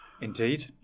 Indeed